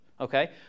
Okay